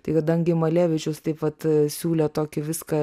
tai kadangi malevičius taip pat siūlė tokį viską